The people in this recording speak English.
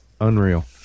unreal